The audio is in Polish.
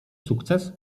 sukces